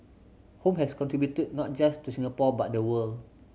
home has contributed not just to Singapore but the world